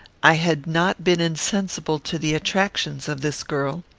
i had not been insensible to the attractions of this girl.